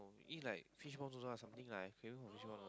eat like fishball noodles or something like !aiyo! would you wanna